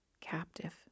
captive